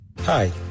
Hi